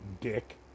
dick